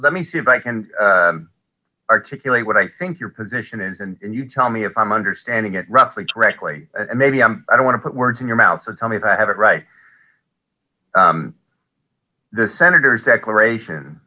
let me see if i can articulate what i think your position is and you tell me if i'm understanding it roughly correct way maybe i don't want to put words in your mouth or tell me if i have it right the senator's declaration